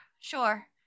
Sure